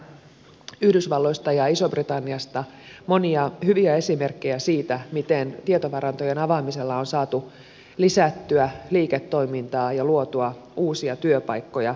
meillä on yhdysvalloista ja isosta britanniasta monia hyviä esimerkkejä siitä miten tietovarantojen avaamisella on saatu lisättyä liiketoimintaa ja luotua uusia työpaikkoja